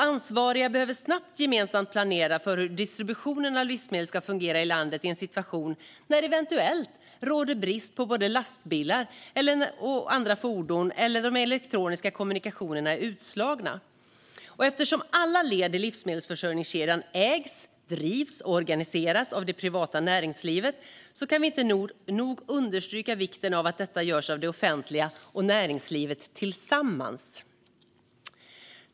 Ansvariga behöver snabbt och gemensamt planera för hur distributionen av livsmedel ska fungera i landet i en situation när det råder brist på lastbilar och andra fordon eller när de elektroniska kommunikationerna är utslagna. Eftersom alla led i livsmedelsförsörjningskedjan ägs, drivs och organiseras av det privata näringslivet kan vi inte nog understryka vikten av att detta görs av det offentliga och näringslivet tillsammans.